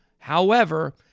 however,